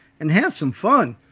and have some fun.